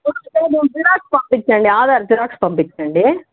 xerox పంపించండి Aadhaar xerox పంపించండి